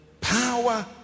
power